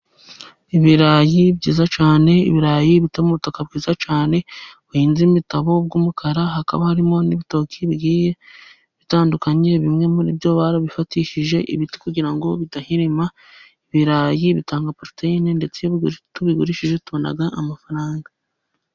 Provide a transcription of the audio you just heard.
Ibirayi byiza cyane, ibirayi biteye mu butaka bwiza cyane, buhinze imitabo bw'umukara, hakaba harimo n'ibitoki bigiye bitandukanye, bimwe muri byo barabifatishije ibiti kugira ngo bidahirima. Ibirayi bitanga poroteyine ndetse iyo tubigurishije tubona amafaranga.